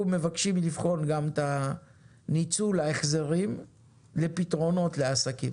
אנחנו מבקשים לבחון גם את ניצול ההחזרים לפתרונות לעסקים,